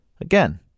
Again